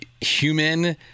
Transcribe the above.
human